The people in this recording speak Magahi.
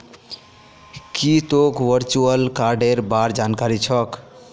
की तोक वर्चुअल कार्डेर बार जानकारी छोक